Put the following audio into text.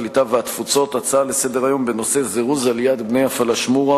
הקליטה והתפוצות הצעה לסדר-היום בנושא: זירוז עליית בני הפלאשמורה,